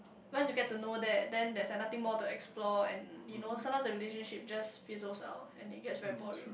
once you get to know that then there's like nothing more to explore and you know sometimes the relationship just fizzles out and it gets very boring